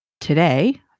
today